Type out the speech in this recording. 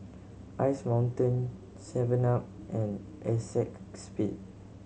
Ice Mountain seven up and Acexspade